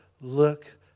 look